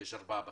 שיש ארבעה בחדר.